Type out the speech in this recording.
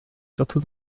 surtout